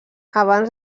abans